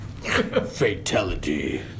Fatality